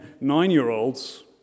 nine-year-olds